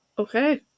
Okay